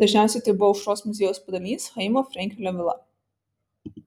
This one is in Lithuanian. dažniausiai tai buvo aušros muziejaus padalinys chaimo frenkelio vila